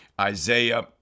Isaiah